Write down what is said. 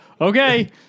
Okay